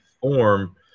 form